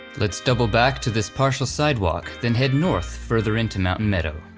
let's double back to this partial sidewalk, then head north further into mountain meadow.